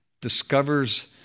discovers